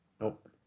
Nope